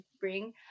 bring